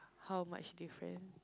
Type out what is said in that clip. how much different